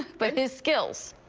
but his skills,